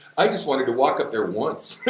i just want to walk up there once,